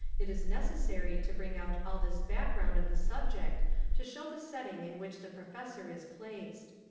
it is necessary to bring out all this back-ground of the subject to show the setting in which the professor is placed.